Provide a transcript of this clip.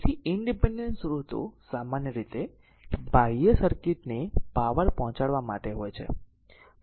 તેથી ઇનડીપેન્ડેન્ટ સ્ત્રોતો સામાન્ય રીતે બાહ્ય સર્કિટ ને પાવર પહોંચાડવા માટે હોય છે